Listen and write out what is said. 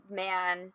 man